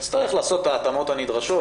נצטרך לעשות את ההתאמות הנדרשות,